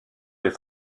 des